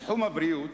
בתחום הבריאות